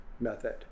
method